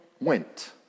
went